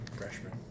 Freshman